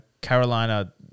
Carolina